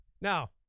Now